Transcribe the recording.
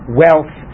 wealth